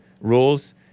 rules